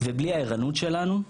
ובלי הערנות שלנו,